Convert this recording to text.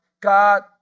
God